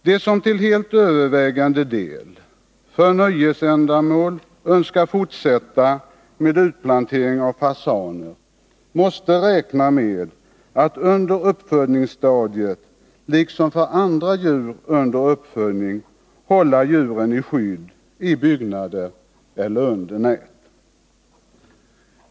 De som -— till helt övervägande del för nöjesändamål — önskar fortsätta med utplantering av fasaner måste räkna med att, liksom i fråga om andra djur under uppfödning, under uppfödningsstadiet hålla djuren i skydd i byggnader eller under nät.